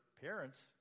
parents